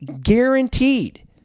guaranteed